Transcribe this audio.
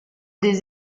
des